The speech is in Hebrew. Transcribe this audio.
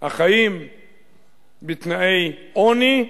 החיים בתנאי עוני,